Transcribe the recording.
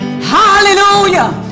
Hallelujah